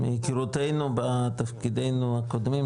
מהכרותינו בתפקידנו הקודמים,